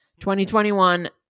2021